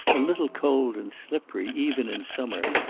a little cold and slippery even in summer,